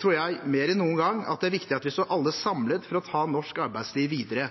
tror jeg at det mer enn noen gang er viktig at vi alle står samlet for å ta norsk arbeidsliv videre.